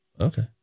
Okay